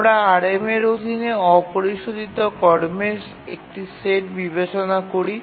আমরা RMA এর অধীনে অপরিশোধিত কর্মের একটি সেট বিবেচনা করি